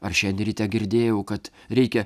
ar šiandien ryte girdėjau kad reikia